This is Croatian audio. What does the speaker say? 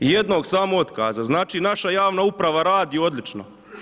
Jednog samo otkaza, znači naša javna uprava radi odlično.